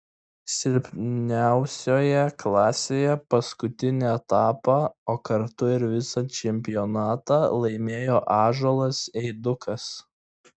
silpniausioje klasėje paskutinį etapą o kartu ir visą čempionatą laimėjo ąžuolas eidukas